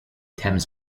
thames